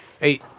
hey